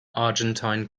argentine